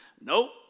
Nope